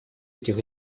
этих